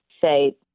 say